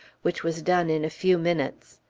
which was done in a few minutes.